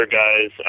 guys